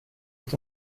est